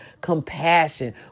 compassion